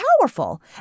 powerful